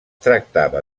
tractava